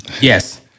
Yes